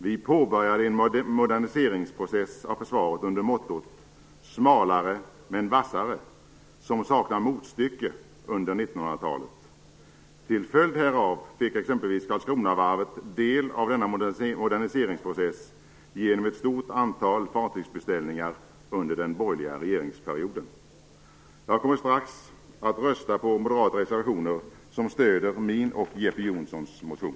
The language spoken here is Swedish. Vi påbörjade en moderniseringsprocess av försvaret under mottot: smalare, men vassare. Den saknar motstycke under 1900-talet. Till följd härav fick t.ex. Karlskronavarvet del av denna moderniseringsprocess genom ett stort antal fartygsbeställningar under den borgerliga regeringsperioden. Jag kommer strax att rösta på de moderata reservationer som stöder min och Jeppe Johnssons motion.